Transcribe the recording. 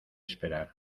esperar